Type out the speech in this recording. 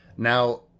Now